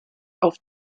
auf